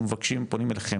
אנחנו פונים אליהם,